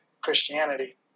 Christianity